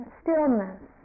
stillness